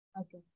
Okay